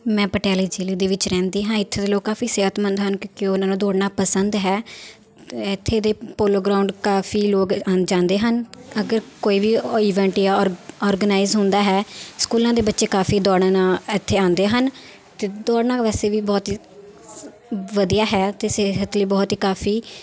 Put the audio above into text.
ਮੈਂ ਪਟਿਆਲੇ ਜ਼ਿਲ੍ਹੇ ਦੇ ਵਿੱਚ ਰਹਿੰਦੀ ਹਾਂ ਇੱਥੋਂ ਦੇ ਲੋਕ ਕਾਫੀ ਸਿਹਤਮੰਦ ਹਨ ਕਿਉਂਕਿ ਉਹਨਾਂ ਨੂੰ ਦੌੜਨਾ ਪਸੰਦ ਹੈ ਅਤੇ ਇੱਥੇ ਦੇ ਪੋਲੋ ਗਰਾਊਂਡ ਕਾਫੀ ਲੋਕ ਅੰ ਜਾਂਦੇ ਹਨ ਅਗਰ ਕੋਈ ਵੀ ਇਵੈਂਟ ਜਾਂ ਔਰ ਔਰਗਨਾਈਜ਼ ਹੁੰਦਾ ਹੈ ਸਕੂਲਾਂ ਦੇ ਬੱਚੇ ਕਾਫੀ ਦੌੜਨ ਇੱਥੇ ਆਉਂਦੇ ਹਨ ਅਤੇ ਦੌੜਨਾ ਵੈਸੇ ਵੀ ਬਹੁਤ ਹੀ ਵਧੀਆ ਹੈ ਅਤੇ ਸਿਹਤ ਲਈ ਬਹੁਤ ਹੀ ਕਾਫੀ